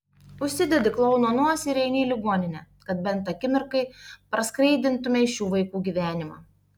užsidedi klouno nosį ir eini į ligoninę kad bent akimirkai praskaidrintumei šių vaikų gyvenimą